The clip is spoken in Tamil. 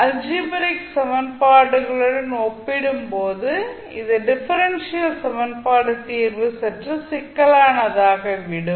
அல்ஜீபரீக் சமன்பாடுகளுடன் ஒப்பிடும் போது டிஃபரென்ஷியல் சமன்பாடு தீர்வு சற்று சிக்கலான தாகி விடும்